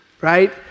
right